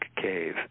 cave